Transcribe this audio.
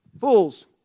fools